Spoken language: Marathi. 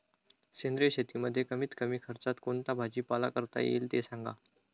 सेंद्रिय शेतीमध्ये कमीत कमी खर्चात कोणता भाजीपाला करता येईल ते सांगा